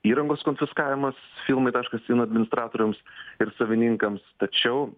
įrangos konfiskavimas filmai taškas in administratoriams ir savininkams tačiau